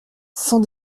sans